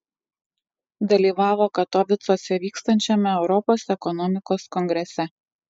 dalyvavo katovicuose vykstančiame europos ekonomikos kongrese